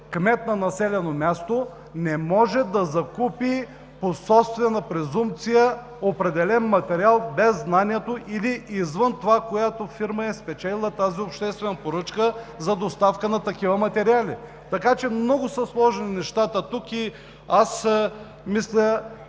кмет на населено място не може да закупи по собствена презумпция определен материал без знанието или извън това, което фирмата е спечелила като обществена поръчка за доставка на такива материали. Много са сложни нещата тук. Мисля,